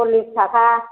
सरलिस थाखा